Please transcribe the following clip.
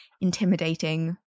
intimidating